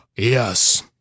Yes